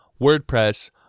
WordPress